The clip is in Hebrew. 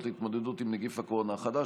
נגיף הקורונה החדש)